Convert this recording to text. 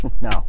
No